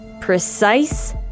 precise